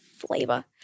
Flavor